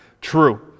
true